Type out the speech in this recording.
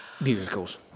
musicals